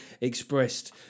expressed –